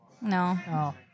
No